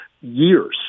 years